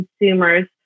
consumers